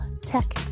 Tech